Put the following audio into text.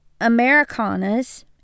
americanas